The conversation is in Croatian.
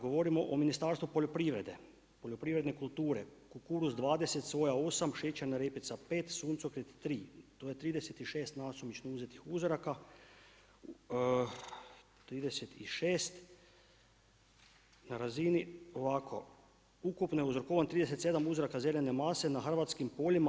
Govorimo o Ministarstvu poljoprivrede, poljoprivredne kulture, kukuruz 20, soja 8, šećerna repica 5, suncokret 3. To je 36 nasumično uzetih uzoraka, 36 na razini ovako, ukupno uzrokovan 37 uzoraka zeljane mase na hrvatskim poljima.